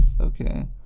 okay